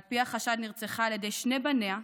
על פי החשד נרצחה על ידי שני בניה,